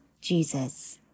Jesus